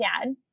dad